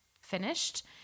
finished